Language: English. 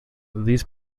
these